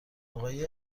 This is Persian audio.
آقای